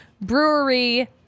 brewery